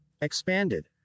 Expanded